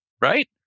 right